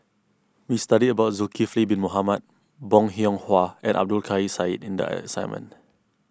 we studied about Zulkifli Bin Mohamed Bong Hiong Hwa and Abdul Kadir Syed in the assignment